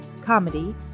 comedy